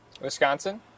Wisconsin